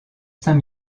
saint